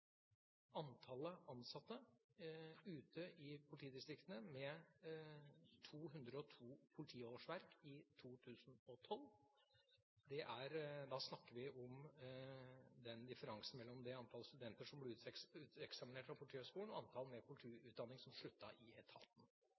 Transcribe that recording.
antallet ansatte ute i politidistriktene med 202 politiårsverk i 2012. Da snakker vi om differansen mellom det antall studenter som ble uteksaminert fra Politihøgskolen, og antallet med politiutdanning som sluttet i etaten.